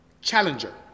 Challenger